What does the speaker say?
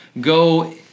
go